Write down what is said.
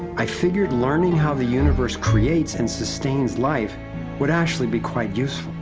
i figured learning how the universe creates and sustains life would actually be quite useful.